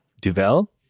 Duvel